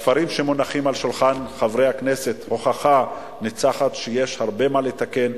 הספרים שמונחים על שולחן חברי הכנסת הם הוכחה ניצחת שיש הרבה מה לתקן,